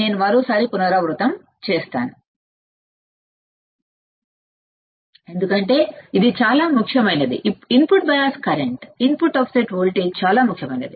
నేను మరోసారి పునరావృతం చేస్తాను ఎందుకంటే ఇది చాలా ముఖ్యమైనది input bias current input offset voltage చాలా ముఖ్యమైనది